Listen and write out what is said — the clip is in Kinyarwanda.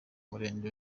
murenge